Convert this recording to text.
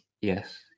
Yes